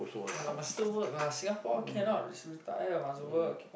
ya lah must still work lah Singapore cannot retire must work